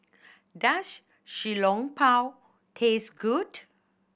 does Xiao Long Bao taste good